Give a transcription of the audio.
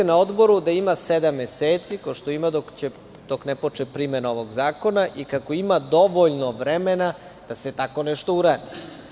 Na Odboru ste rekli da ima sedam meseci, kao što ima, dok ne počne primena ovog zakona i kako ima dovoljno vremena da se tako nešto uradi.